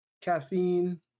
Caffeine